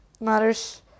matters